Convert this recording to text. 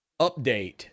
update